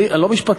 אני לא משפטן,